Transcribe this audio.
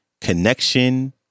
Connection